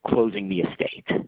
closing the estate